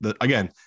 Again